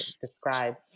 describe